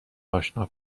آشنا